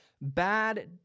bad